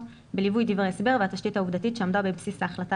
בליווי דברי הסבר והתשתית העובדתית שעמדה בבסיס ההחלטה